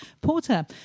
Porter